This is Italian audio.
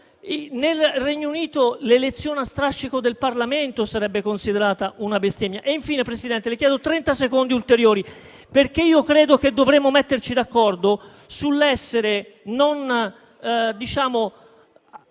nel Regno Unito l'elezione a strascico del Parlamento sarebbe considerata una bestemmia. Infine, signora Presidente, le chiedo trenta secondi ulteriori, perché credo che dovremmo metterci d'accordo sull'essere non